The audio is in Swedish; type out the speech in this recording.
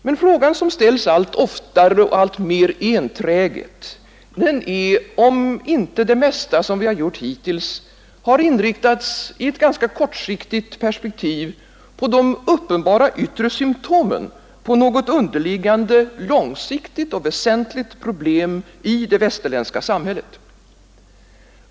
Men frågan som ställs allt oftare och mer enträget är, om inte det mesta som vi gjort hittills i ett ganska kortsiktigt perspektiv har inriktats på de uppenbara yttre symtomen på något underliggande långsiktigt och väsentligt problem i det västerländska samhället.